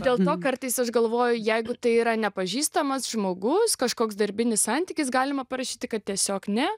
dėl to kartais aš galvoju jeigu tai yra nepažįstamas žmogus kažkoks darbinis santykis galima parašyti kad tiesiog ne